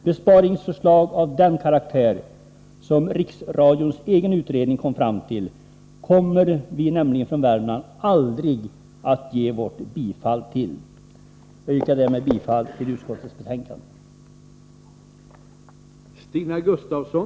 Besparingsförslag av den karaktär som Riksradions egen utredning kom fram till kommer vi från Värmland nämligen aldrig att ge vårt bifall till. Jag yrkar därmed bifall till utskottets hemställan.